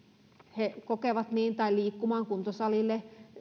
he kokevat niin tai liikkumaan kuntosalille